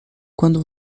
quando